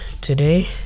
today